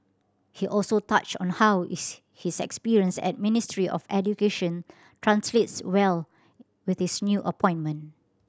he also touched on how his experience at Ministry of Education translates well with his new appointment